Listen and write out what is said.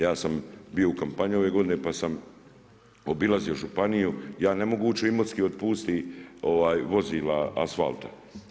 Ja sam bio u kampanji ove godine pa sam obilazio županiju, ja ne mogu ući u Imotski od pustih vozila asfalta.